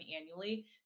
annually